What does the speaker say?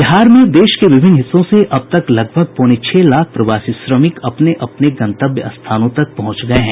बिहार में देश के विभिन्न भागों से अब तक लगभग पौने छह लाख प्रवासी श्रमिक अपने अपने गंतव्य स्थानों तक पहुंच गए हैं